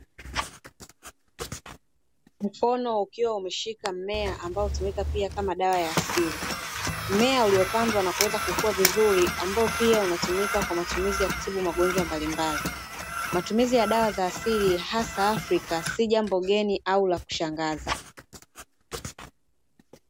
Mkono ukiwa umeshika mmea ambao pia hutumika kama dawa ya asili. Mmea uliopandwa na kuweza kukua vizuri, ambao pia unatumika kwa matumizi ya kutibu magonjwa mbalimbali. Matumizi ya dawa ya asili hasa Afrika, si jambo geni au la kushangaza.